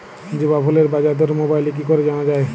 জবা ফুলের বাজার দর মোবাইলে কি করে জানা যায়?